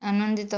ଆନନ୍ଦିତ